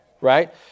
Right